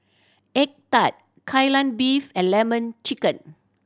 egg tart Kai Lan Beef and Lemon Chicken